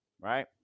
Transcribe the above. right